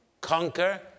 conquer